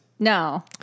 No